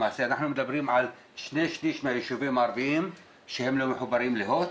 למעשה אנחנו מדברים על שני שליש מהיישובים הערביים שהם לא מחוברים להוט